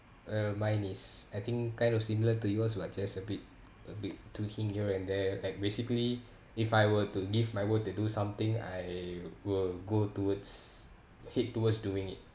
uh mine is I think kind of similar to yours but just a bit a bit to hint you and there like basically if I were to give my world to do something I will go towards head towards doing it